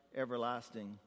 everlasting